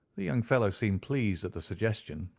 the young fellow seemed pleased at the suggestion,